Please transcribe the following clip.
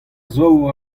zour